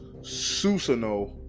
susano